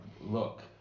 look